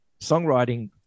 songwriting